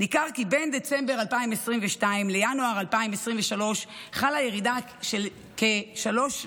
ניכר כי בין דצמבר 2022 לינואר 2023 חלה ירידה של כ-3.9